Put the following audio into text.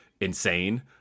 insane